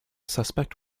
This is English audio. suspect